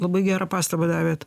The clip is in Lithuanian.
labai gerą pastabą davėt